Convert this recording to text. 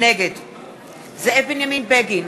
נגד זאב בנימין בגין,